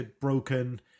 broken